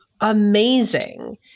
amazing